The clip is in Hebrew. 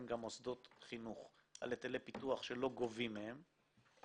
גם מוסדות חינוך על היטלי פיתוח שלא גובים מהם,